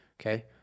Okay